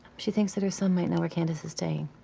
she thinks that her son might know where candace is staying.